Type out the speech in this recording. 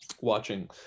Watching